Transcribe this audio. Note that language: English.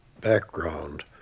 background